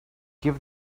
give